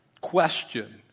question